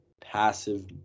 passive